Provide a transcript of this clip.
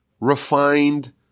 refined